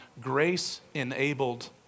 grace-enabled